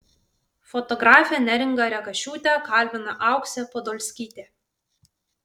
fotografę neringą rekašiūtę kalbina auksė podolskytė